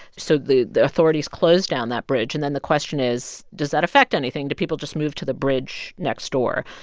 so the the authorities close down that bridge. and then the question is, does that affect anything? do people just move to the bridge next door?